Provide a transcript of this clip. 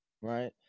right